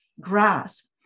grasp